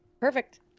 Perfect